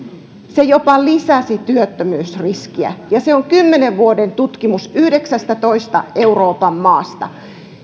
se jopa lisäsi työttömyysriskiä ja se on kymmenen vuoden tutkimus yhdeksästätoista euroopan maasta